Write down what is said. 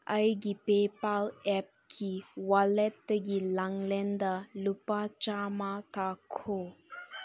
ꯑꯩꯒꯤ ꯄꯦꯄꯥꯜ ꯑꯦꯞꯀꯤ ꯋꯥꯂꯦꯠꯇꯒꯤ ꯂꯥꯡꯂꯦꯟꯗ ꯂꯨꯄꯥ ꯆꯥꯝꯃ ꯊꯥꯈꯣ